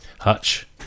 Hutch